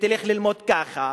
ותלך ללמוד ככה,